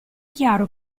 chiaro